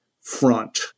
front